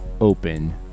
open